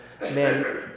man